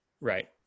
Right